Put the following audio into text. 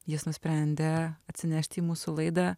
jis nusprendė atsinešti į mūsų laidą